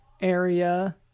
area